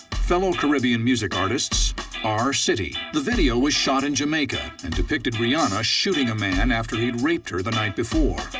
fellow caribbean music artists r. city. the video was shot in jamaica and depicted rihanna shooting a man after he'd raped her the night before.